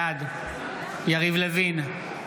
בעד יריב לוין,